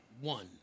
one